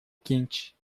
quente